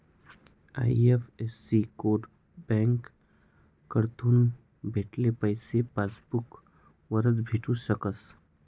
IFSC code बँककडथून भेटेल पैसा पासबूक वरच भेटू शकस